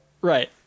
Right